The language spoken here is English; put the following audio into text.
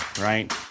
right